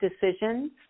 decisions